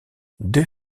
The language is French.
deux